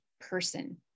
person